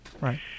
Right